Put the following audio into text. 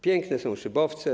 Piękne są szybowce.